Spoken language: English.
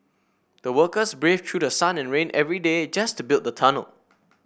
the workers braved through sun and rain every day just to build the tunnel